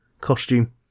costume